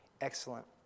excellent